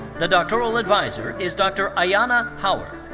the doctoral adviser is dr. ayanna howard.